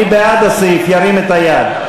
מי בעד הסעיף, ירים את היד.